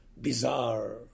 bizarre